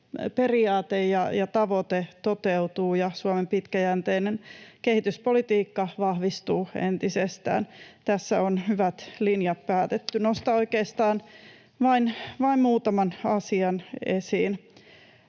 periaate ja tavoite toteutuu ja Suomen pitkäjänteinen kehityspolitiikka vahvistuu entisestään. Tässä on hyvät linjat päätetty. Nostan oikeastaan vain muutaman asian esiin: